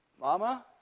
Mama